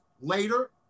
later